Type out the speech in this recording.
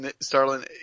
Starlin